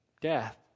death